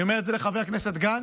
אני אומר את זה לחבר הכנסת גנץ,